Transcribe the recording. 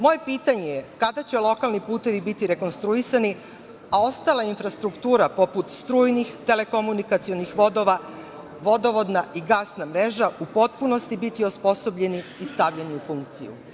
Moje pitanje je – kada će lokalni putevi biti rekonstruisani, a ostala infrastruktura, poput strujnih, telekomunikacionih vodova, vodovodna i gasna mreža u potpunosti biti osposobljeni i stavljeni u funkciju?